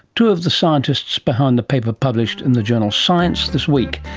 two of the scientists behind the paper published in the journal science this week,